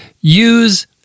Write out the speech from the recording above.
use